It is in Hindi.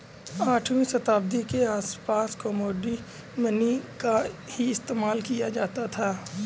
आठवीं शताब्दी के आसपास कोमोडिटी मनी का ही इस्तेमाल किया जाता था